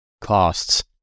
costs